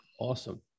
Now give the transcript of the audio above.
Awesome